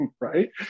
right